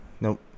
Nope